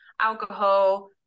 alcohol